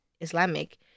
Islamic